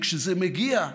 כשזה מגיע,